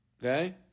Okay